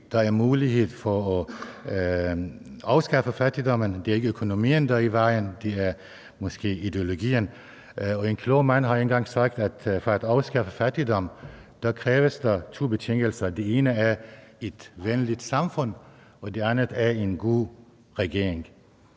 der er mulighed for at afskaffe fattigdommen. Det er ikke økonomien, der står i vejen, men måske ideologien. En klog mand har engang sagt, at for at afskaffe fattigdom kræves det, at to betingelser er opfyldt. Den ene er et venligt samfund, og den anden er en god regering.